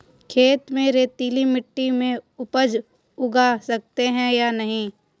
खेत में रेतीली मिटी में उपज उगा सकते हैं या नहीं?